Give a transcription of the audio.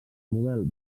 model